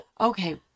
Okay